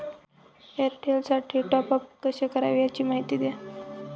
एअरटेलसाठी टॉपअप कसे करावे? याची माहिती द्या